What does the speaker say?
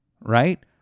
right